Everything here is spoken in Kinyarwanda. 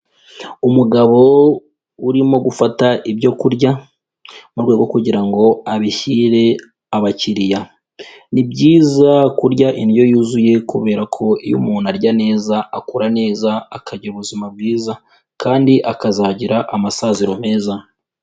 Umugabo urimo gufata ibyo kurya mu rwego rwo kugira ngo abishyire abakiriya, ni byiza kurya indyo yuzuye kubera ko iyo umuntu arya neza akura neza, akagira ubuzima bwiza kandi akazagira amasaziro meza.